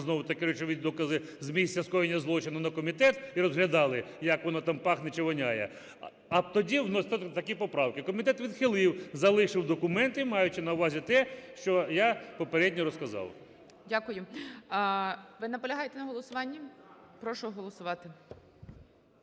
знову-таки речові докази з місця скоєння злочину на комітет і розглядали, як воно там пахне чи воняє, а тоді вносьте такі поправки. Комітет відхилив, залишив "документи", маючи на увазі те, що я попередньо розказав. ГОЛОВУЮЧИЙ. Дякую. Ви наполягаєте на голосуванні? Прошу голосувати.